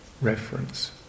reference